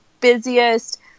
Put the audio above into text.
busiest